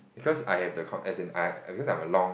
because I have the con~ as in because I am a long